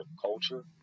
culture